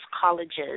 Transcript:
colleges